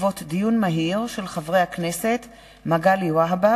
מאת חבר הכנסת סעיד נפאע,